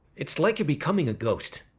it's like you're becoming a ghost.